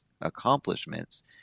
accomplishments